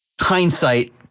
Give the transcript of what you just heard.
hindsight